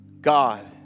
God